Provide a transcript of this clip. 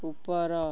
ଉପର